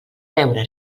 veure